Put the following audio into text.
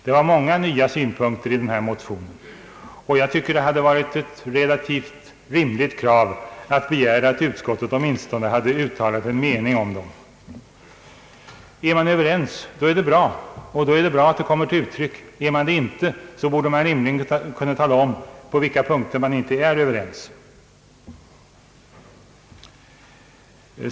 Det finns många nya synpunkter i den här motionen, och det hade varit rimligt att utskottet åtminstone hade uttalat en mening om dem. Är man överens är det bra att enigheten kommer till uttryck. är man det inte, borde man rimligen kunna tala om på vilka punkter man inte är det.